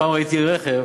פעם ראיתי רכב,